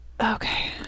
Okay